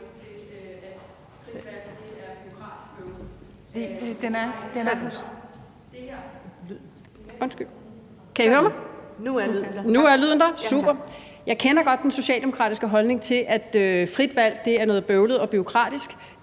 Jeg kender godt den socialdemokratiske holdning til, at frit valg er noget bøvlet og bureaukratisk,